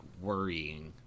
worrying